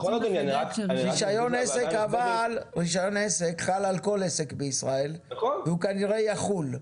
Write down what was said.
רישיון עסק חל על כל עסק בישראל והוא כנראה יחול.